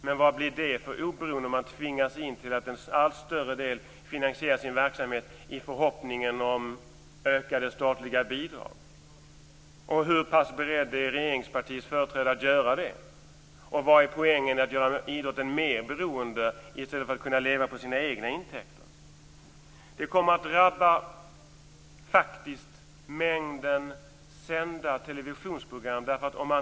Men vad blir det för oberoende om idrotten till allt större del tvingas att finansiera sin verksamhet i förhoppningen om ökade statliga bidrag? Hur pass beredd är regeringspartiets företrädare att göra det? Vad är det för poäng med att göra idrotten mer beroende i stället för att den skall kunna leva på sina egna intäkter? Mängden sända televisionsprogram kommer att drabbas.